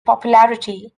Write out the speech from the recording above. popularity